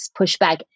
pushback